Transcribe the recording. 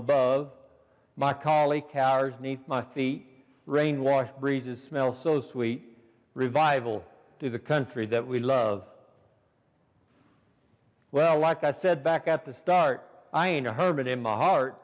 above my colleague towers neath my feet rain wash breezes smell so sweet revival to the country that we love well like i said back at the start i ain't a hermit in my heart